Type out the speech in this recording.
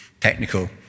technical